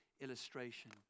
illustration